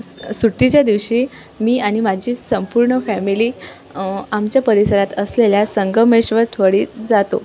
स सुट्टीच्या दिवशी मी आणि माझी संपूर्ण फॅमिली आमच्या परिसरात असलेल्या संगमेश्वर थ्वळी जातो